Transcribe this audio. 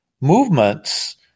movements